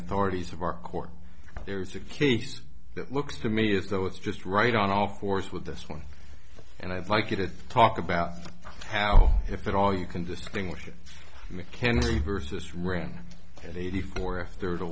authorities of our court there's a case that looks to me as though it's just right on all fours with this one and i'd like you to talk about how if at all you can distinguish mchenry versus ram eighty four after the